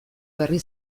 berri